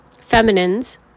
feminines